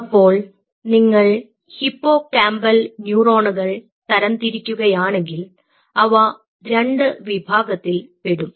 അപ്പോൾ നിങ്ങൾ ഹിപ്പോകാമ്പൽ ന്യൂറോണുകൾ തരംതിരിക്കുക യാണെങ്കിൽ അവ രണ്ട് വിഭാഗത്തിൽ പെടും